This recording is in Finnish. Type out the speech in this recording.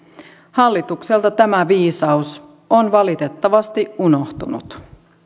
hallitukselta tämä viisaus on valitettavasti unohtunut